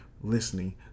listening